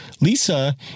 Lisa